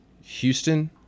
Houston